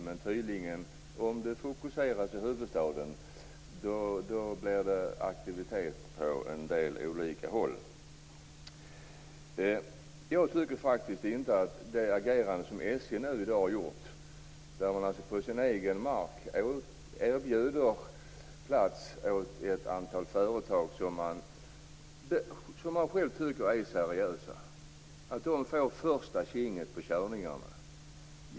Om man fokuserar på problemen i huvudstaden blir det tydligen aktivitet på en del håll. SJ erbjuder på sin egen mark plats åt ett antal företag som man själv tycker är seriösa. De får första tjing på körningarna.